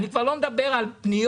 אני כבר לא מדבר על פניות,